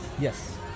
Yes